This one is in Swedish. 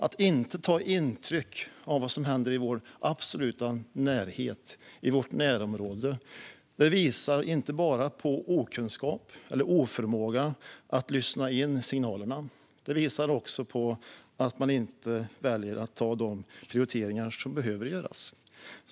Att inte ta intryck av vad som händer i vår absoluta närhet, i vårt närområde, visar inte bara på okunskap och oförmåga att lyssna in signalerna. Det visar också på att man inte väljer att göra de prioriteringar som behöver göras.